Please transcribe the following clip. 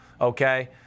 okay